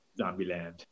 Zombieland